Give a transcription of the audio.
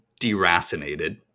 deracinated